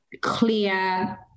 clear